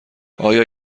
آیا